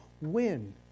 win